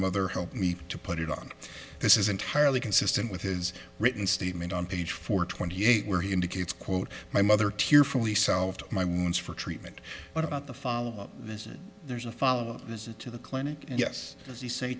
mother help me to put it on this is entirely consistent with his written statement on page four twenty eight where he indicates quote my mother tearfully solved my wounds for treatment what about the fall there's a follow up visit to the clinic yes as you say